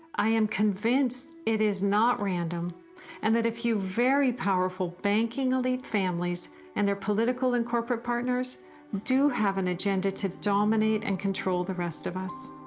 i am convinced, it is not random and if few very powerful banking elite families and their political and corporate partners do have an agenda to dominate and control the rest of us.